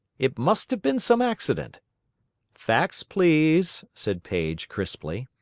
it must have been some accident facts, please, said paige, crisply.